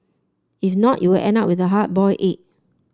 if not you will end up with the hard boiled egg